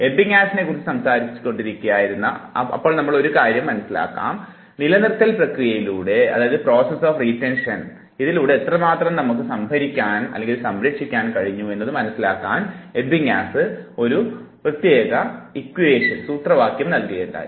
എബിങ്ങസിനെ കുറിച്ച് സംസാരിച്ചുകൊണ്ടിരിക്കുകയായിരുന്ന നാം ഒരു കാര്യം മനസ്സിലാക്കാം നിലനിർത്തൽ പ്രക്രിയയിലൂടെ എത്രമാത്രം നമുക്ക് സംരക്ഷിക്കാം കഴിഞ്ഞു എന്നതു മനസ്സിലാക്കാൻ എബിങ്ങസ് ഒരു സൂത്രവാക്യം നൽകുകയുണ്ടായി